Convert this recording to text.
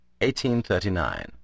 1839